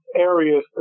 areas